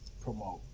promote